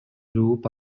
жууп